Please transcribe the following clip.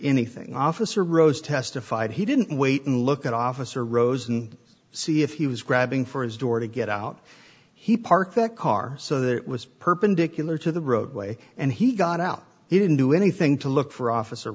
anything officer rose testified he didn't wait and look at officer rosen see if he was grabbing for his door to get out he parked that car so there was perpendicular to the roadway and he got out he didn't do anything to look for officer